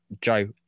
Joe